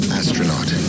astronaut